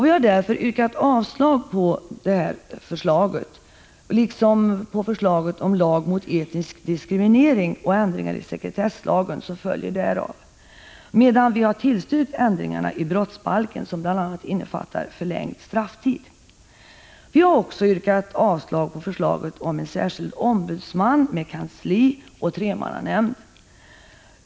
Vi har därför avstyrkt förslaget liksom förslaget om lag mot etnisk diskriminering och ändringar i sekretesslagen, som följer därav, medan vi tillstyrkt ändringarna i brottsbalken, vilka bl.a. innefattar förlängd strafftid. Vi har också yrkat avslag på förslaget om en särskild ombudsman med kansli och tremannanämnd.